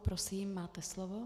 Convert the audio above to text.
Prosím, máte slovo.